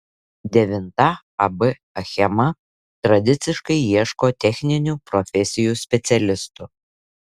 devinta ab achema tradiciškai ieško techninių profesijų specialistų